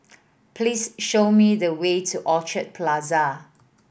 please show me the way to Orchard Plaza